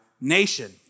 nation